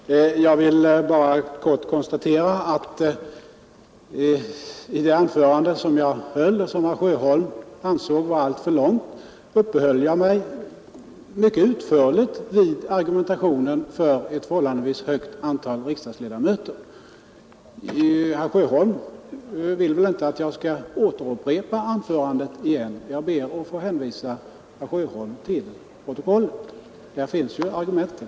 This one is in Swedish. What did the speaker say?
Fru talman! Jag vill bara helt kort påpeka att jag i mitt anförande, som herr Sjöholm ansåg var alltför långt, mycket utförligt uppehöll mig vid argumentationen för ett förhållandevis högt antal riksdagsledamöter. Herr Sjöholm vill väl inte att jag skall upprepa mitt anförande? Jag ber att få hänvisa herr Sjöholm till protokollet; där finns argumenten.